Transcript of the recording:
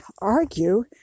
argue